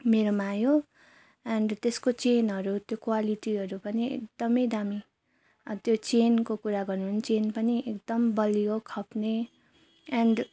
मेरोमा आयो एन्ड त्य सको चेनहरू कुवालिटीहरू पनि एकदमै दामी त्यो चेनको कुरा गर्नुभने चेन पनि एकदम बलियो खप्ने एन्ड